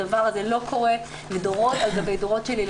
הדבר הזה לא קורה ודורות על גבי דורות של